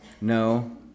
No